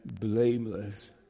blameless